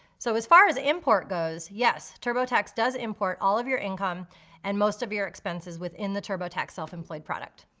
so as far as import goes, yes, turbotax does import all of your income and most of your expenses within the turbotax self-employed product.